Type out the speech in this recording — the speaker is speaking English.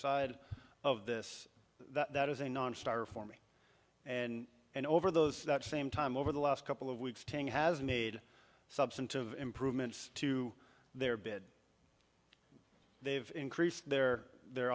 side of this that is a nonstarter for me and and over those that same time over the last couple of weeks thing has made substantive improvements to their bid they've increased their their